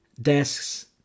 desks